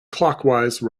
clockwise